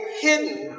hidden